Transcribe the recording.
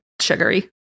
sugary